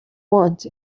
want